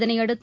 இதனையடுத்து